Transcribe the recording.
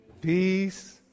peace